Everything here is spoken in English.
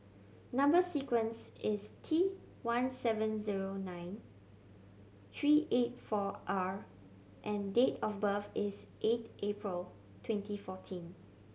number sequence is T one seven zero nine three eight four R and date of birth is eight April twenty fourteen